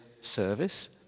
service